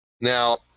Now